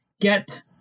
get